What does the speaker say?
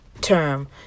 term